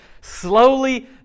slowly